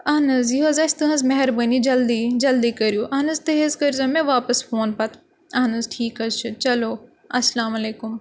اہن حظ یہِ حظ اَسہِ تُہٕنٛز مہربٲنی جلدی جلدی کٔرِو اہن حظ تُہۍ حظ کٔرۍ زیٚو مےٚ واپَس فون پَتہٕ اہن حظ ٹھیٖک حظ چھُ چلو اَسلامُ علیکُم